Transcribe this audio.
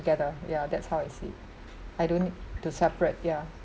together ya that's how I see it I don't need to separate ya